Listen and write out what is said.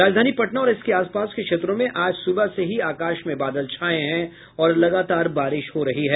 राजधानी पटना और इसके आसपास के क्षेत्रों में आज सुबह से ही आकाश में बादल छाये हैं और लगातार बारिश हो रही है